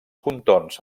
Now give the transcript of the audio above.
contorns